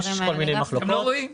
יש כל מיני מחלוקות.